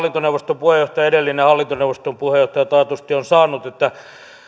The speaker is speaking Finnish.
se palaute mitä edellinen hallintoneuvoston puheenjohtaja taatusti on saanut osoittaa sen että